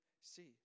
see